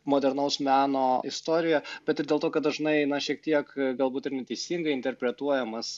modernaus meno istorijoje bet ir dėl to kad dažnai na šiek tiek galbūt ir neteisingai interpretuojamas